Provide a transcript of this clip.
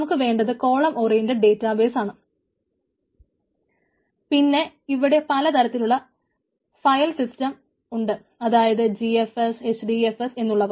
നമുക്ക് വേണ്ടത് column oriented database ആണ് പിന്നെ ഇവിടെ പല തരത്തിലുള്ള ഫയൽ സിസ്റ്റം ഉണ്ട് അതായത് GFS HDFS എന്നുള്ളവ